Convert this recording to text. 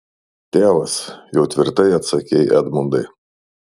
tėvas jau tvirtai atsakei edmundai